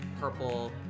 purple